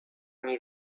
nie